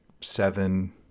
seven